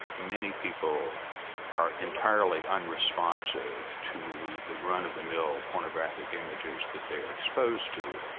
many people are entirely unresponsive to the run of the mill pornographic images that they're exposed to,